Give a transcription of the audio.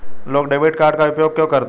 लोग debit card का उपयोग क्यों करते हैं?